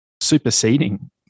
superseding